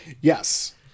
yes